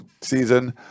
season